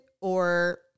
or-